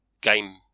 game